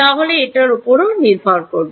তাহলে এটার ওপর নির্ভর করবে